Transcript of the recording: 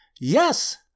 Yes